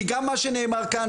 כי גם מה שנאמר כאן,